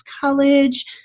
college